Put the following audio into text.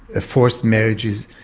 ah forced marriages,